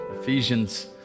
Ephesians